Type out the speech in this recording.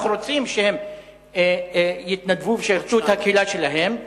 ואנחנו רוצים שהם יתנדבו וישרתו את הקהילה שלהם,